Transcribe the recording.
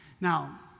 Now